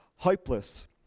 hopeless